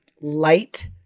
light